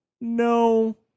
No